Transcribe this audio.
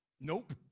nope